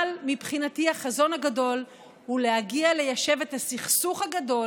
אבל מבחינתי החזון הגדול הוא להגיע ליישב את הסכסוך הגדול